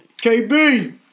KB